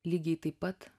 lygiai taip pat